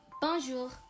Bonjour